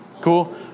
Cool